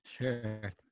sure